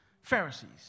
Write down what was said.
Pharisees